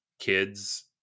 kids